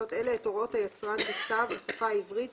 תקנות אלה את הוראות היצרן בכתב בשפה העברית,